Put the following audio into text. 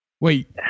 Wait